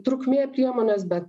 trukmė priemonės bet